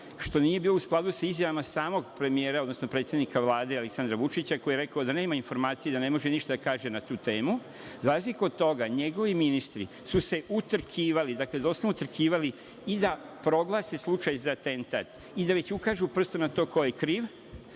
što nije bilo u skladu sa izjavama samog premijera, odnosno predsednika Vlade Aleksandra Vučića, koji je rekao da nema informacije, da ne može ništa da kaže na tu temu.Za razliku od toga njegovi ministri su se utrkivali, dakle doslovno utrkivali i da proglase slučaj za atentat i da već ukažu prstom na to ko je kriv,